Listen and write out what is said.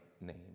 name